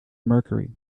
mercury